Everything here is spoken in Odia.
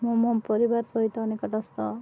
ମୁଁ ମୋ ପରିବାର ସହିତ ନିକଟସ୍ଥ